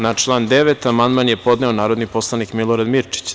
Na član 9. amandman je podneo narodni poslanik Milorad Mirčić.